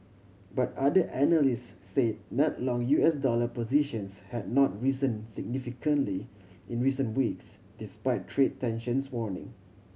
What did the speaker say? but other analyst say net long U S dollar positions had not risen significantly in recent weeks despite trade tensions waning